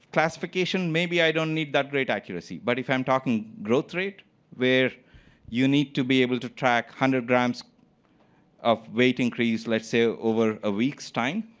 classification, maybe i don't need that great accuracy, but if i'm talking growth rate where you need to be able to track one hundred grams of weight increase, let's say, over a week's time,